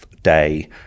day